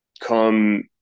come